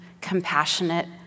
compassionate